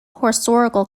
historical